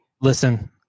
Listen